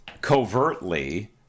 covertly